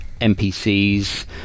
NPCs